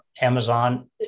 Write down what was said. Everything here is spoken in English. Amazon